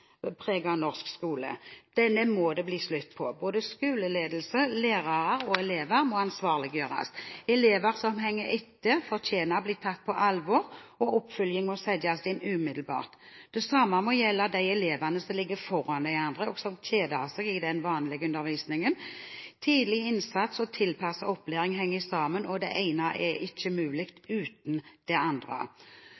norsk skole. Denne må det bli slutt på. Både skoleledelse, lærere og elever må ansvarliggjøres. Elever som henger etter, fortjener å bli tatt på alvor, og oppfølging må settes inn umiddelbart. Det samme må gjelde de elevene som ligger foran de andre, og som kjeder seg i den vanlige undervisningen. Tidlig innsats og tilpasset opplæring henger sammen. Det ene er ikke mulig